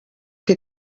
que